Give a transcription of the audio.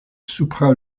supra